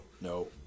No